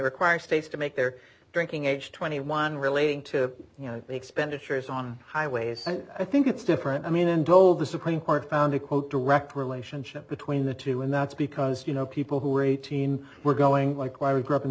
require states to make their drinking age twenty one relating to expenditures on highways i think it's different i mean in both the supreme court found a quote direct relationship between the two and that's because you know people who are eighteen were going like why we grew up in